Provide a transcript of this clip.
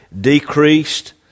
decreased